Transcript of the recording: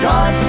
God